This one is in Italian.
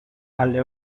alle